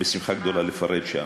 בשמחה גדולה לפרט שם.